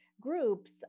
groups